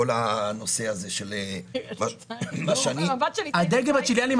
כל הנושא הזה של מה שאני --- הדגם הצ'יליאני,